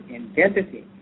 identity